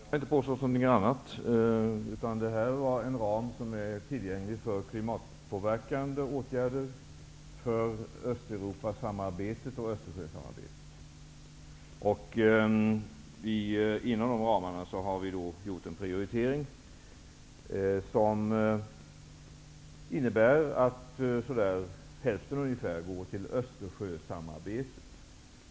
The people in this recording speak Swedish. Fru talman! Jag har inte påstått någonting annat. Detta var en ram som var tillgänglig för klimatpåverkande åtgärder för Inom den ramen har vi gjort en prioritering, som innebär att ungefär hälften går till Östersjösamarbetet.